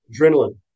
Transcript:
Adrenaline